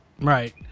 Right